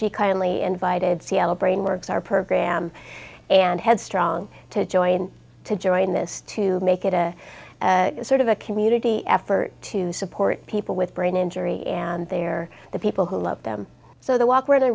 she kindly invited c l brain works our program and headstrong to join to join this to make it a sort of a community effort to support people with brain injury and they are the people who love them so they walk where the